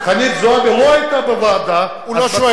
חנין זועבי לא היתה בוועדה, עוד